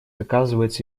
оказывается